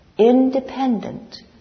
independent